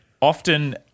often